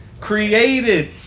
created